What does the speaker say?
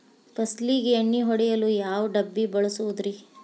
ಫಸಲಿಗೆ ಎಣ್ಣೆ ಹೊಡೆಯಲು ಯಾವ ಡಬ್ಬಿ ಬಳಸುವುದರಿ?